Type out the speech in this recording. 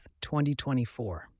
2024